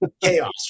Chaos